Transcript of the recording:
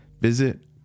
visit